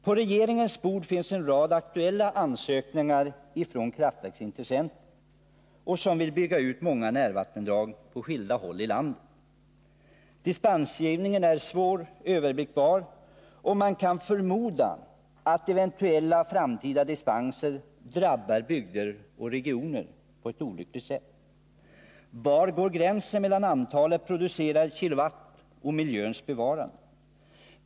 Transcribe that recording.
På regeringens bord ligger en rad aktuella ansökningar från kraftverksintressenter, som vill bygga ut många närvattendrag på skilda håll i landet. Dispensgivningen är svår att överblicka, och man kan förmoda att eventuella dispenser drabbar bygder och regioner på ett olyckligt sätt. Var går gränsen mellan antalet producerade kilowatt och miljöns bevarande?